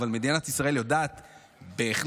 אבל מדינת ישראל יודעת בהחלט,